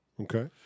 Okay